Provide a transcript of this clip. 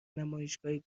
نمایشگاهی